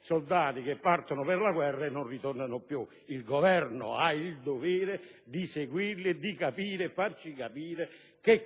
soldati che partono per la guerra e non ritornano più. Il Governo ha il dovere di seguirli e di farci capire